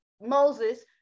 Moses